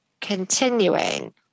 continuing